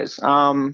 guys